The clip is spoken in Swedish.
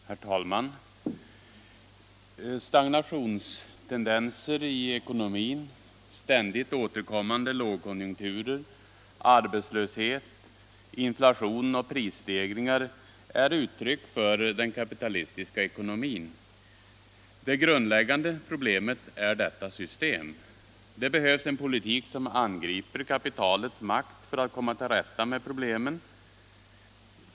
Herr talman! Stagnationstendenser i ekonomin, ständigt återkommande lågkonjunkturer, arbetslöshet, inflation och prisstegringar är uttryck för den kapitalistiska ekonomin. Det grundläggande problemet är detta system. Det behövs en politik som angriper kapitalets makt för att komma till rätta med problemen.